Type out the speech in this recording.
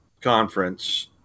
conference